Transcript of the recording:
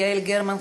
יעל גרמן,